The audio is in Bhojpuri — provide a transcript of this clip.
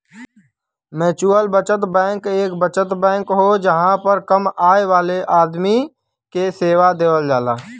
म्युचुअल बचत बैंक एक बचत बैंक हो जहां पर कम आय वाले आदमी के सेवा देवल जाला